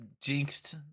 jinxed